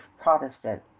Protestant